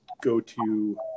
go-to